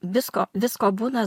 visko visko būna